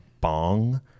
bong